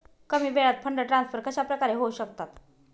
कमी वेळात fund transfer कशाप्रकारे होऊ शकतात?